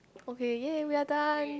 okay yay we are done